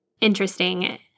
interesting